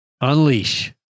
unleash